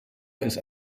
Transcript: ist